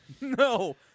no